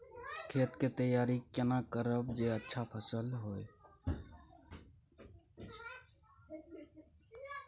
खेत के तैयारी केना करब जे अच्छा फसल होय?